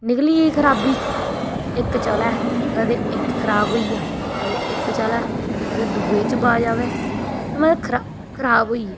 निकली गेई खराबी इक चलै कदें इक खराब होई जा कदें इक चलै कदें दुए च बाज आवै मतलब खराब खराब होई गे